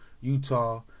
Utah